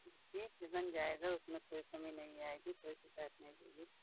ठीक है बन जाएगा उसमें कोई कमी नहीं आएगी कोई दिक्कत नहीं होगी